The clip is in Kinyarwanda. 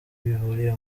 bihuriye